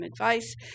advice